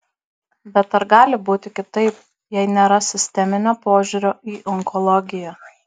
bet ar gali būti kitaip jei nėra sisteminio požiūrio į onkologiją